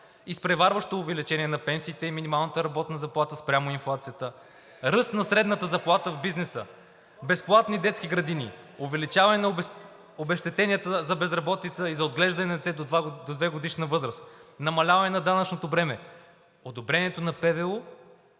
изпреварващо увеличение на пенсиите и минималната работна заплата спрямо инфлацията; ръст на средната заплата в бизнеса; безплатни детски градини; увеличаване на обезщетенията за безработица и за отглеждане на дете до двегодишна възраст; намаляване на данъчното бреме; одобрението на ПВУ